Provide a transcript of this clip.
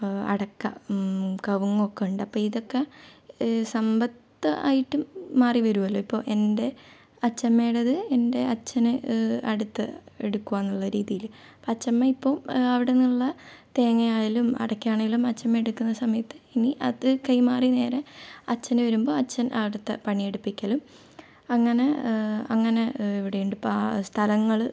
അടക്ക കവുങ്ങൊക്കെ ഉണ്ട് അപ്പോൾ ഇതൊക്കെ സമ്പത്ത് ആയിട്ടും മാറി വരൂമല്ലോ ഇപ്പോൾ എൻ്റെ അച്ഛമ്മേടേത് എൻ്റെ അച്ഛന് അടുത്ത് എടുക്കുവാന്നുള്ള രീതിയിൽ അപ്പം അച്ഛമ്മ ഇപ്പോൾ അവിടെന്നുള്ള തേങ്ങയാണേലും അടക്കയാണെലും അച്ഛമ്മ എടുക്കുന്ന സമയത്ത് ഇനി അത് കൈമാറി നേരെ അച്ഛന് വരുമ്പോൾ അച്ഛൻ അവിടുത്തെ പണിയെടുപ്പിക്കലും അങ്ങനെ അങ്ങനെ ഇവിടെയുണ്ട് സ്ഥലങ്ങൾ